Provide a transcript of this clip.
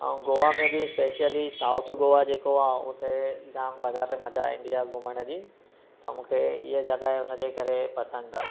ऐं गोवा में बि स्पेशली साउथ गोवा जेको आहे उहो त जाम वधारे मजा ईंदी आहे घुमण जी त मूंखे इहा जॻह हुनजे करे पसंदि आहे